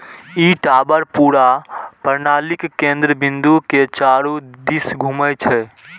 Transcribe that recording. ई tower पूरा प्रणालीक केंद्र बिंदु के चारू दिस घूमै छै